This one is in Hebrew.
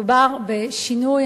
מדובר בשינוי,